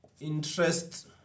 interest